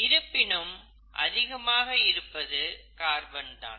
இருப்பினும் அதிகமாக இருப்பது கார்பன் தான்